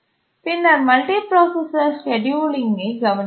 பின்னர் மல்டிபிராசசர் ஸ்கேட்யூலிங்கை கவனித்தோம்